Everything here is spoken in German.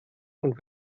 und